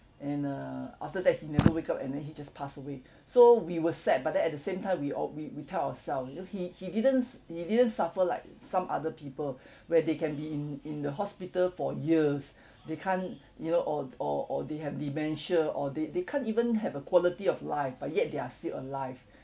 and err after that he never wake up and then he just passed away so we were sad but then at the same time we all we we tell ourself you know he he didn't he didn't suffer like some other people where they can be in in the hospital for years they can't you know or or or they have dementia or they they can't even have a quality of life but yet they're still alive